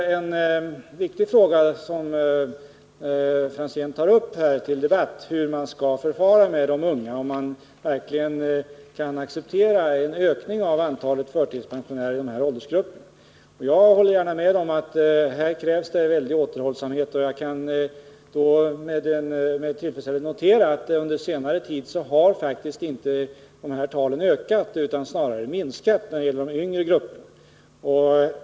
Men den fråga som Tommy Franzén tar upp till debatt är i och för sig viktig —- hur man skall förfara med dessa unga människor och om man verkligen kan acceptera en ökning av antalet förtidspensionärer i dessa åldersgrupper. Jag håller gärna med om att det krävs en stark återhållsamhet i detta sammanhang. Jag vill dock med tillfredsställelse notera att förtidspensionärernas antal under senare tid faktiskt inte har ökat utan snarare minskat i de lägre åldrarna.